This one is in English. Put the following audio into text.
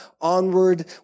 onward